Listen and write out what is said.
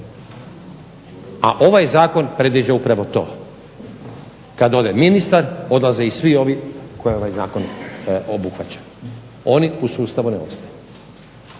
A ovaj Zakon predviđa upravo to, kada ode ministar odlaze i svi ovi koje ovaj Zakon obuhvaća, oni u sustavu ne ostaju